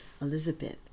Elizabeth